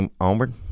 Onward